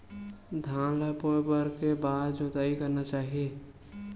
धान ल बोए बर के बार जोताई करना चाही?